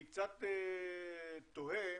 אני תוהה,